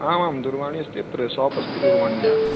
आम् आं दूरवाणी अस्ति अत्र शाप् अस्ति दूरवाण्याः